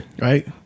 right